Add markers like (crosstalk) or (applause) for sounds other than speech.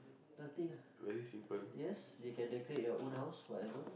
nothing ah (breath) yes they can decorate their own house whatever